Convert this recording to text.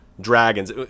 dragons